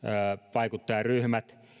vaikuttajaryhmät